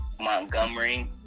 Montgomery